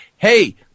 Hey